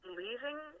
leaving